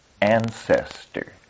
ancestor